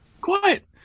Quiet